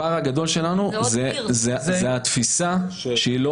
הפער הגדול שלנו זה התפיסה שהיא לא